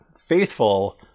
faithful